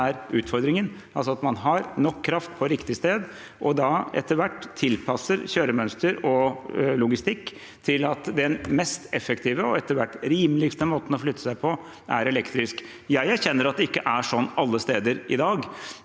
er utfordringen, altså at man har nok kraft på riktig sted, og da etter hvert tilpasser kjøremønster og logistikk til at den mest effektive og etter hvert rimeligste måten å flytte seg på er elektrisk. Jeg erkjenner at det ikke er sånn alle steder i dag,